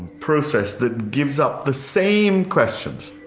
process that gives up the same questions.